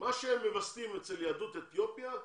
מה שהם מווסתים אצל יהדות אתיופיה,